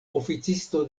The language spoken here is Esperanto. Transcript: oficisto